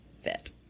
fit